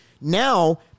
now